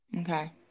Okay